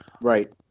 Right